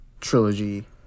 trilogy